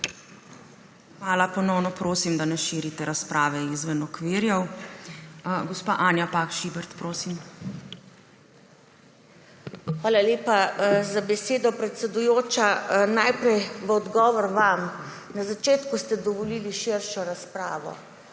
Hvala. Ponovno prosim, da ne širite razprave izven okvirov. Gospa Anja Bah Žibert, prosim. ANJA BAH ŽIBERT: Hvala lepa za besedo, predsedujoča. Najprej v odgovor vam. Na začetku ste dovolili širšo razpravo.